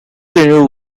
tenure